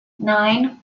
nine